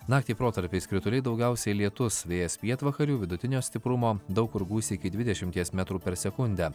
naktį protarpiais krituliai daugiausiai lietus vėjas pietvakarių vidutinio stiprumo daug kur gūsiai iki dvidešimties metrų per sekundę